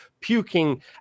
puking